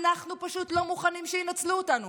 אנחנו פשוט לא מוכנים שינצלו אותנו.